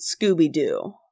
Scooby-Doo